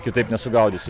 kitaip nesugaudys